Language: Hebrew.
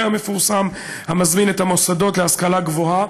המפורסם המזמין את המוסדות להשכלה גבוהה